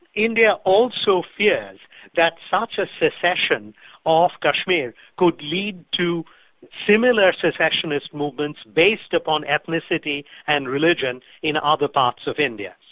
india also fears that such a secession of kashmir could lead to similar secessionist movements based upon ethnicity and religion in other parts of india.